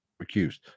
accused